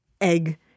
egg